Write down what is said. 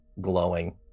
glowing